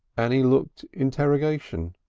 annie looked interrogation.